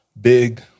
big